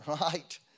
right